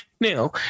Now